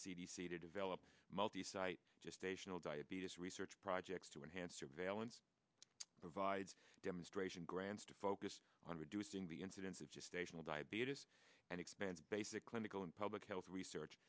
c to develop multi site just ational diabetes research projects to enhance surveillance provide demonstration grants to focus on reducing the incidence of just station or diabetes and expense basic clinical and public health research